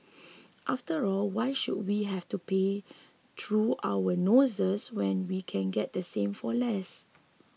after all why should we have to pay through our noses when we can get the same for less